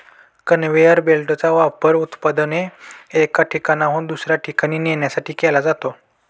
conveyor बेल्टचा वापर उत्पादने एका ठिकाणाहून दुसऱ्या ठिकाणी नेण्यासाठी केला जातो